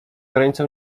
granicą